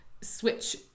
switch